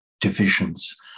divisions